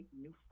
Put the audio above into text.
new